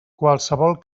qualsevol